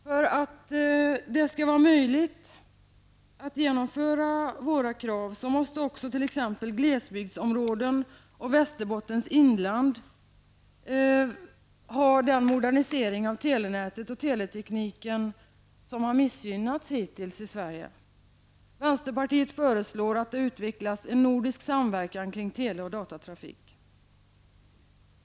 För att det skall vara möjligt att genomföra våra krav måste också t.ex. glesbygdsområden och Västerbottens inland ha den modernisering av telenätet och teletekniken i de delar som har missgynnats hittills. Vänsterpartiet föreslår att det utvecklas en nordisk samverkan kring tele och datatrafik.